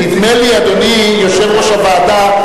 אדוני יושב-ראש הוועדה,